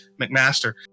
McMaster